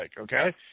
okay